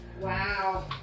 Wow